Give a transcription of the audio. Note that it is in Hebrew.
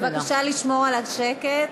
בבקשה לשמור על השקט,